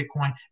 Bitcoin